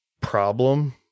problem